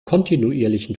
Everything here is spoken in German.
kontinuierlichen